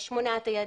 בשמונת היעדים.